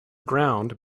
ground